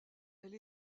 elle